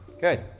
Good